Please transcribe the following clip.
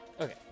Okay